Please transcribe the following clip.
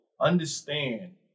understand